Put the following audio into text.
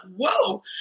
whoa